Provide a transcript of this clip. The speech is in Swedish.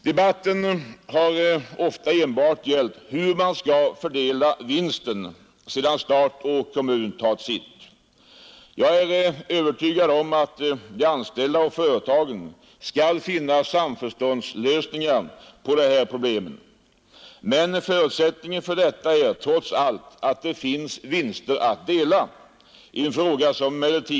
Debatten har ofta enbart gällt hur man skall fördela vinsten, sedan stat och kommun tagit sitt.